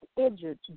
injured